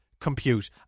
compute